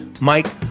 Mike